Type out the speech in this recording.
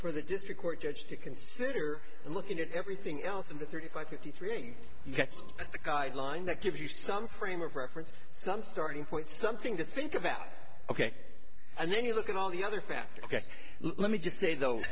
for the district court judge to consider and looking at everything else from the thirty five fifty three he gets at the guideline that gives you some frame of reference some starting point something to think about ok and then you look at all the other factors ok let me